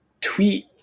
tweet